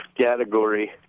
category